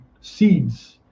seeds